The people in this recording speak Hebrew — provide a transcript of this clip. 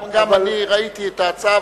גם אני ראיתי את ההצעה,